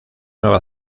nueva